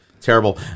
Terrible